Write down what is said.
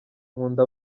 nkunda